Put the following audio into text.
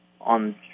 on